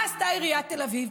מה עשתה עיריית תל אביב?